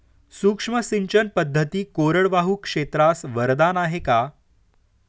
सूक्ष्म सिंचन पद्धती कोरडवाहू क्षेत्रास वरदान आहे का?